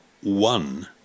one